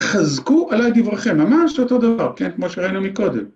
חזקו עלי דברכם, ממש אותו דבר, כן, כמו שראינו מקודם.